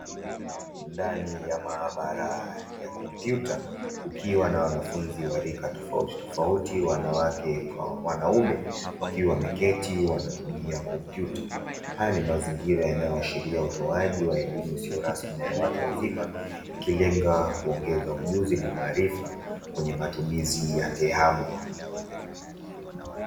Ndani ya maabara ya kompyuta kukiwa na wanafunzi wa rika tofautitofauti (wanawake kwa wanaume) wakiwa wameketi wanatumia kompyuta. Haya ni mazingira yanayoashiria utoaji wa elimu isiyo rasmi na ya watu wazima, ikilenga kuongeza ujuzi na maarifa kwenye matumizi ya TEHAMA.